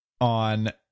on